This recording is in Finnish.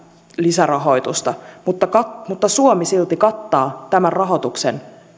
lisärahoitusta mutta suomi silti kattaa tämän rahoituksen